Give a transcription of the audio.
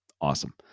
awesome